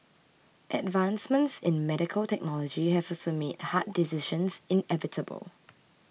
advancements in medical technology have also made hard decisions inevitable